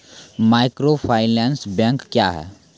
Microfinance bank क्या हैं?